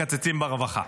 מקצצים ברווחה.